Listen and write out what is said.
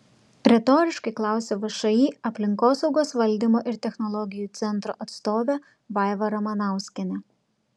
retoriškai klausia všį aplinkosaugos valdymo ir technologijų centro atstovė vaiva ramanauskienė